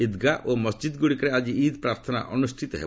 ଇଦ୍ଗା ଓ ମସ୍ଜିଦ୍ଗୁଡ଼ିକରେ ଆଜି ଇଦ୍ ପ୍ରାର୍ଥନା ଅନୁଷ୍ଠିତ ହେବ